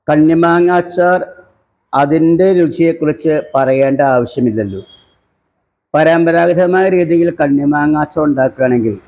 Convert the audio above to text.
കണ്ണിമാങ്ങ അച്ചാര് അതിന്റെ രുചിയെ കുറിച്ച് പറയേണ്ട ആവശ്യം ഇല്ലല്ലോ പരമ്പരാഗതമായ രീതിയില് കണ്ണിമാങ്ങ അച്ചാര് ഉണ്ടാക്കുകയാണെങ്കിൽ